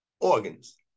organs